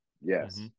yes